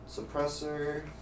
Suppressor